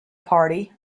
party